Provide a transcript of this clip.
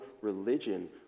religion